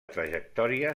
trajectòria